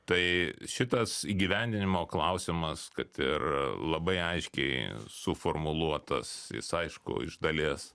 tai šitas įgyvendinimo klausimas kad ir labai aiškiai suformuluotas jis aišku iš dalies